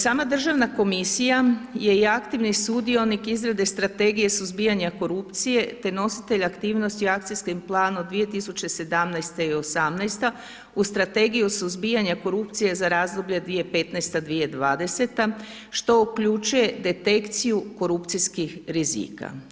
Sama državna komisija je i aktivni sudionik izrade strategije suzbijanja korupcije te nositelj aktivnosti o akcijskom planu 2017. i '18. u strategiju suzbijanja korupcije za razdoblje 2015. 2020., što uključuje detekciju korupcijskih rizika.